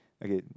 okay